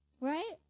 Right